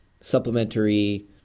supplementary